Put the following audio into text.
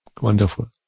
wonderful